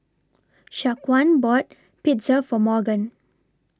Shaquan bought Pizza For Morgan